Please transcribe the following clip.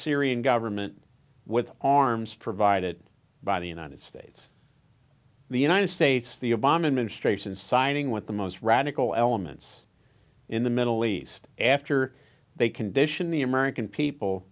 syrian government with arms provided by the united states the united states the obama administration siding with the most radical elements in the middle east after they condition the american people